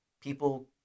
people